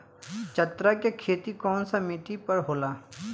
चन्ना के खेती कौन सा मिट्टी पर होला?